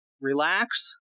relax